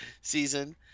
season